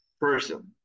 person